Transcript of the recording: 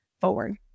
forward